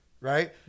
right